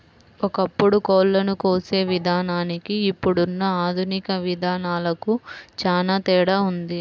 ఒకప్పుడు కోళ్ళను కోసే విధానానికి ఇప్పుడున్న ఆధునిక విధానాలకు చానా తేడా ఉంది